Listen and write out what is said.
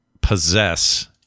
possess